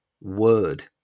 word